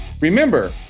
Remember